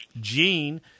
Gene